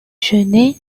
genêts